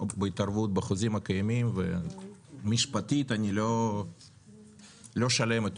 בהתערבות בחוזים הקיימים ומשפטית אני לא שלם איתו.